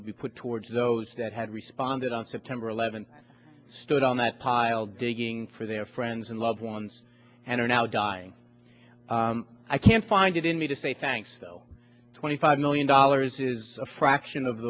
would be put towards those that had responded on september eleventh and stood on that pile digging for their friends and loved ones and are now dying i can't find it in me to say thanks though twenty five million dollars is a fraction of